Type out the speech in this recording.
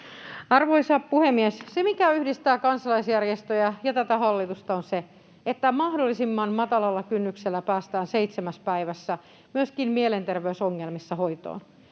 Arvoisa puhemies! Se, mikä yhdistää kansalaisjärjestöjä ja tätä hallitusta, on se, että mahdollisimman matalalla kynnyksellä päästään seitsemässä päivässä myöskin mielenterveysongelmissa hoitoon.